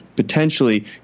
Potentially